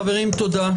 (הפיכת הוראת השעה להוראת קבע),